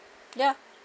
ya